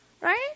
Right